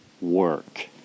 work